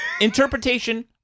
Interpretation